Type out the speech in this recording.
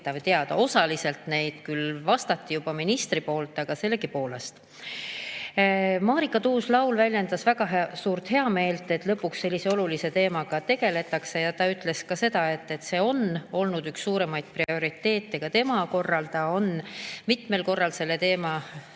teada. Osaliselt minister nendele juba vastas, aga sellegipoolest. Marika Tuus-Laul väljendas väga suurt heameelt, et lõpuks sellise olulise teemaga tegeletakse. Ta ütles ka seda, et see on olnud üks suurimaid prioriteete ka tema jaoks, ta on mitmel korral olnud selle teema